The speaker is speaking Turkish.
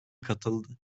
katıldı